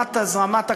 בהשלמת הזרמת הכסף,